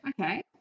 Okay